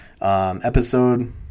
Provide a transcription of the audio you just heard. episode